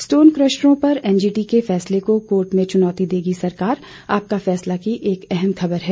stone क्रैशरों पर NGT के फैसले को कोर्ट में चुनौती देगी सरकार आपका फैसला की एक अहम खबर है